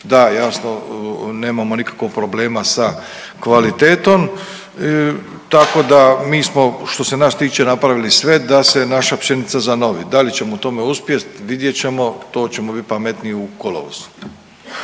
da jasno nemamo nikakvog problema sa kvalitetom. Tako da mi smo što se nas tiče napravili sve da se naša pšenica zanovi. Da li ćemo u tome uspjeti, vidjet ćemo to ćemo biti pametniji u kolovozu.